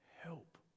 help